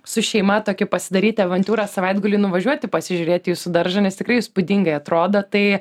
su šeima tokį pasidaryti avantiūrą savaitgalį nuvažiuoti pasižiūrėti į jūsų daržą nes tikrai įspūdingai atrodo tai